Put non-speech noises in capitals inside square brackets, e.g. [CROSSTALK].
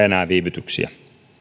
[UNINTELLIGIBLE] enää viivytyksiä